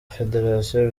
federation